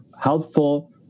helpful